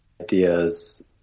ideas